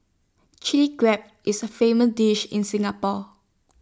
Chilli Crab is A famous dish in Singapore